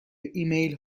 ایمیل